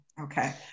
okay